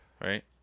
right